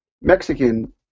mexican